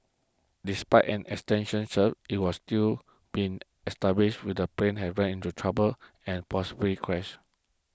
despite an extension search it was still been established with the plane have ran into trouble and possibly crashed